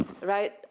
right